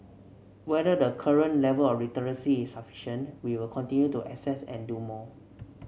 whether the current level of literacy is sufficient we will continue to assess and do more